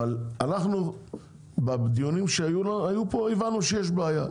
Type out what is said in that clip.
אבל אנחנו בדיונים שהיו פה הבנו שיש בעיה,